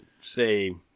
say